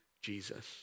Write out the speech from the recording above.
Jesus